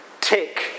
Tick